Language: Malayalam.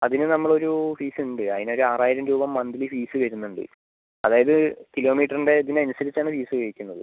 അതിന് നമ്മൾ ഒരു ഫീസ് ഉണ്ട് അതിന് ഒരു ആറായിരം രൂപ മന്ത്ലി ഫീസ് വരുന്നുണ്ട് അതായത് കിലോമീറ്ററിൻ്റെ ഇതിന് അനുസരിച്ച് ആണ് ഫീസ് ചോദിക്കുന്നത്